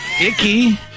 Icky